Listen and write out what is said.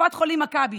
בקופת חולים מכבי